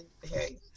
hey